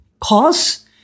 cause